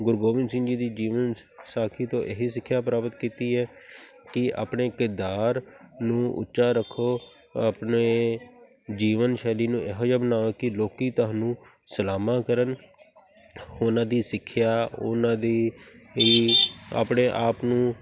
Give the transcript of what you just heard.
ਗੁਰੂ ਗੋਬਿੰਦ ਸਿੰਘ ਜੀ ਦੀ ਜੀਵਨ ਸਾਖੀ ਤੋਂ ਇਹੀ ਸਿੱਖਿਆ ਪ੍ਰਾਪਤ ਕੀਤੀ ਹੈ ਕਿ ਆਪਣੇ ਕਿਰਦਾਰ ਨੂੰ ਉੱਚਾ ਰੱਖੋ ਆਪਣੇ ਜੀਵਨ ਸ਼ੈਲੀ ਨੂੰ ਇਹੋ ਜਿਹਾ ਬਣਾਓ ਕਿ ਲੋਕ ਤੁਹਾਨੂੰ ਸਲਾਮਾਂ ਕਰਨ ਉਹਨਾਂ ਦੀ ਸਿੱਖਿਆ ਉਹਨਾਂ ਦੀ ਇਹ ਆਪਣੇ ਆਪ ਨੂੰ